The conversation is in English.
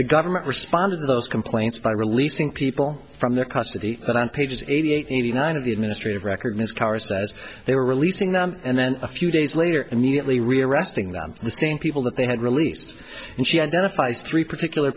the government responded to those complaints by releasing people from their custody but on pages eighty eight eighty nine of the administrative record miss carr says they were releasing them and then a few days later immediately rearresting them the same people that they had released and she identifies three particular